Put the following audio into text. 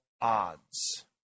odds